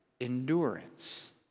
endurance